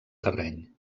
terreny